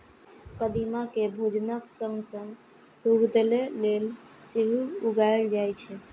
कदीमा कें भोजनक संग संग सौंदर्य लेल सेहो उगायल जाए छै